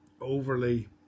overly